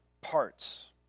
parts